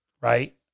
Right